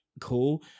cool